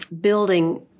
building